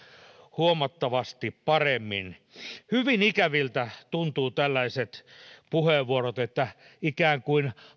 huomattavasti paremmin hyvin ikäviltä tuntuvat tällaiset puheenvuorot että hallitus ikään kuin